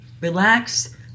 relax